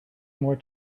more